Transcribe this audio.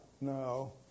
No